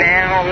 Now